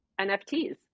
NFTs